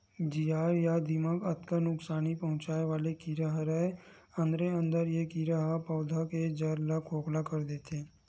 जियार या दिमक अतका नुकसानी पहुंचाय वाले कीरा हरय अंदरे अंदर ए कीरा ह पउधा के जर ल खोखला कर देथे